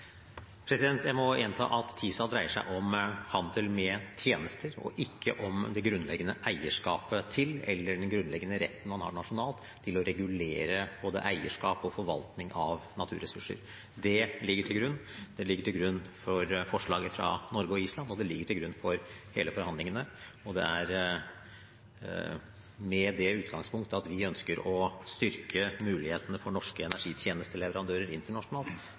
Jeg må gjenta at TISA dreier seg om handel med tjenester, ikke om det grunnleggende eierskapet til naturressurser eller den grunnleggende retten man har nasjonalt til å regulere både eierskap og forvaltning av naturressurser. Det ligger til grunn – det ligger til grunn for forslaget fra Norge og Island, og det ligger til grunn for hele forhandlingen. Det er med utgangspunkt i at vi ønsker å styrke mulighetene for energitjenesteleverandører internasjonalt,